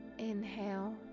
Inhale